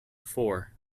four